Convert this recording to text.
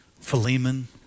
Philemon